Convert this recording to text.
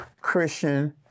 Christian